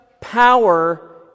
power